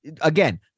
again